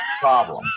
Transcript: problem